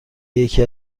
یکی